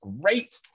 great